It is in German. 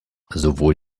sowohl